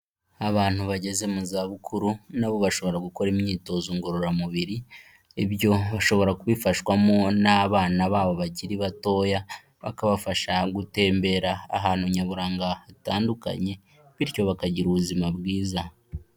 Abantu bageze mu zabukuru na bo bashobora gukora imyitozo ngororamubiri, ibyo bashobora kubifashwamo n'abana babo bakiri batoya, bakabafasha gutembera, ahantu nyaburanga hatandukanye bityo bakagira ubuzima bwiza.